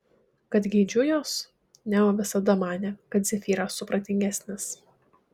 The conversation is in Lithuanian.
kad geidžiu jos neo visada manė kad zefyras supratingesnis